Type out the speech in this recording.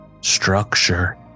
structure